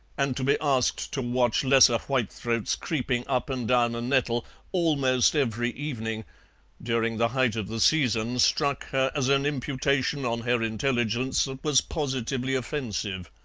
and to be asked to watch lesser whitethroats creeping up and down a nettle almost every evening during the height of the season struck her as an imputation on her intelligence that was positively offensive.